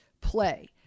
play